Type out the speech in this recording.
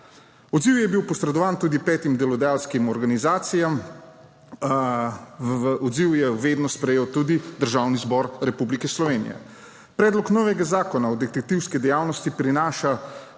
Odziv je bil posredovan tudi petim delodajalskim organizacijam. Odziv je v vednost prejel tudi Državni zbor Republike Slovenije. Predlog novega zakona o detektivski dejavnosti prinaša